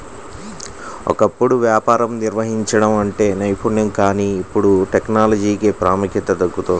ఒకప్పుడు వ్యాపారం నిర్వహించడం అంటే నైపుణ్యం కానీ ఇప్పుడు టెక్నాలజీకే ప్రాముఖ్యత దక్కుతోంది